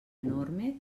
enorme